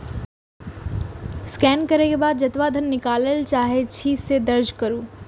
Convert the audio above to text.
scan करै के बाद जेतबा धन निकालय चाहै छी, से दर्ज करू